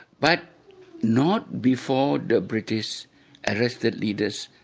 but not before the british arrested leaders,